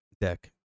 Deck